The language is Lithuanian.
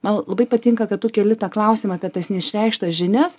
man labai patinka kad tu keli tą klausimą apie tas neišreikštas žinias